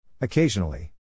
Occasionally